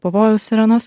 pavojaus sirenos